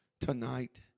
tonight